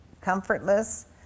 Comfortless